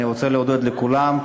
אני רוצה להודות לכולם,